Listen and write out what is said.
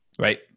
right